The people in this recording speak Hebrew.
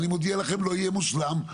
אני מודיע לכם שלא יהיה מושלם,